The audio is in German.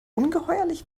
ungeheuerlich